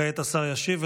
כעת השר ישיב,